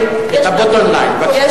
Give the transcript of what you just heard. את ב-bottom line, בבקשה.